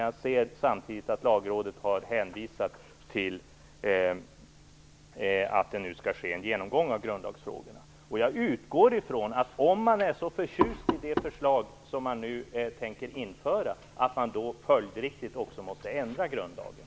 Jag ser också att Lagrådet hänvisat till att det nu skall ske en genomgång av grundlagsfrågorna. Om man nu är så förtjust i det system som man tänker införa utgår jag ifrån att man följdriktigt också skall ändra grundlagen.